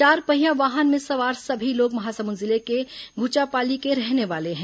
चारपहिया वाहन में सवार सभी लोग महासमुंद जिले के घुचापाली के रहने वाले हैं